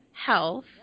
health